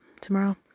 tomorrow